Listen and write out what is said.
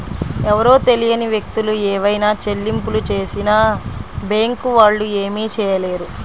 ఎవరో తెలియని వ్యక్తులు ఏవైనా చెల్లింపులు చేసినా బ్యేంకు వాళ్ళు ఏమీ చేయలేరు